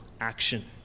action